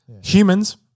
Humans